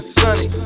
sunny